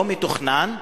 לא מתוכנן,